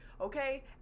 okay